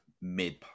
mid